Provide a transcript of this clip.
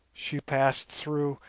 she passed through,